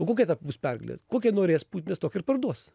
o kokia ta bus pergalė kokią norės putinas tokią ir parduos